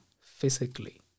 physically